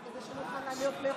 כדי שנוכל להיות מרוכזים.